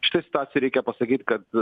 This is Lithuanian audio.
šitoj situacijoj reikia pasakyt kad